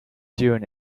doing